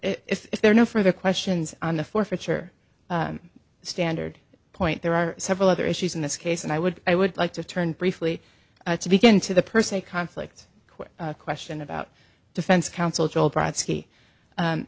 if there are no further questions on the forfeiture standard point there are several other issues in this case and i would i would like to turn briefly to begin to the per se conflicts quick question about defense counsel